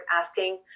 asking